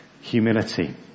humility